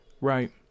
right